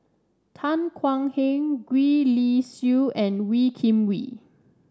Tan Thuan Heng Gwee Li Sui and Wee Kim Wee